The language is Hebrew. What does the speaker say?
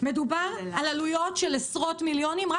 מדובר על עלויות של עשרות מיליונים על